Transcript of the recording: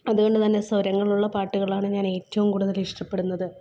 അതുകൊണ്ട് തന്നെ സ്വരങ്ങളുള്ള പാട്ടുകളാണ് ഞാനേറ്റവും കൂടുതലിഷ്ടപ്പെടുന്നത്